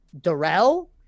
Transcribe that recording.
Darrell